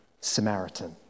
samaritan